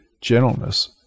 gentleness